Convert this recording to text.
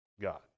God